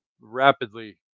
rapidly